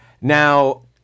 now